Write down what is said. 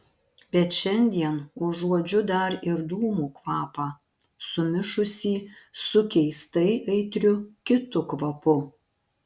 bet šiandien užuodžiu dar ir dūmų kvapą sumišusį su keistai aitriu kitu kvapu